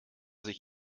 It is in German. sich